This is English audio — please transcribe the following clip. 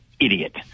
idiot